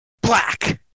black